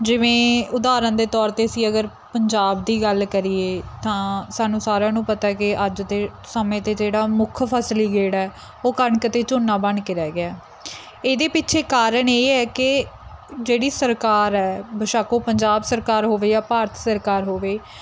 ਜਿਵੇਂ ਉਦਾਹਰਣ ਦੇ ਤੌਰ 'ਤੇ ਅਸੀਂ ਅਗਰ ਪੰਜਾਬ ਦੀ ਗੱਲ ਕਰੀਏ ਤਾਂ ਸਾਨੂੰ ਸਾਰਿਆਂ ਨੂੰ ਪਤਾ ਕਿ ਅੱਜ ਦੇ ਸਮੇਂ 'ਤੇ ਜਿਹੜਾ ਮੁੱਖ ਫਸਲੀ ਗੇੜਾ ਉਹ ਕਣਕ ਅਤੇ ਝੋਨਾ ਬਣ ਕੇ ਰਹਿ ਗਿਆ ਇਹਦੇ ਪਿੱਛੇ ਕਾਰਨ ਇਹ ਹੈ ਕਿ ਜਿਹੜੀ ਸਰਕਾਰ ਹੈ ਬੇਸ਼ੱਕ ਉਹ ਪੰਜਾਬ ਸਰਕਾਰ ਹੋਵੇ ਜਾਂ ਭਾਰਤ ਸਰਕਾਰ ਹੋਵੇ